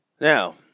now